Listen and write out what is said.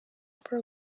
upper